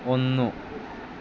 ഒന്നു